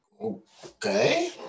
Okay